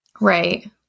right